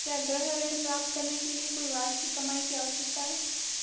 क्या गृह ऋण प्राप्त करने के लिए कोई वार्षिक कमाई की आवश्यकता है?